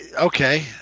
okay